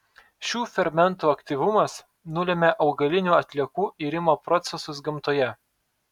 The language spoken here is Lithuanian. šių fermentų aktyvumas nulemia augalinių atliekų irimo procesus gamtoje